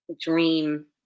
dream